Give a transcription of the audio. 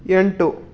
ಎಂಟು